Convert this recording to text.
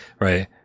Right